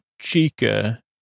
Chica